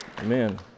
Amen